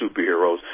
Superheroes